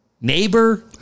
Neighbor